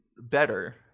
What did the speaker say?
better